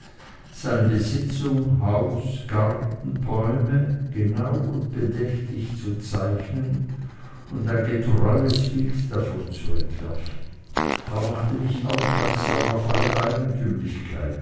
seine besitzung haus garten und bäume genau und bedächtig zu zeichnen und ein getreues bild davon zu entwerfen er machte mich aufmerksam auf alle